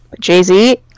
Jay-Z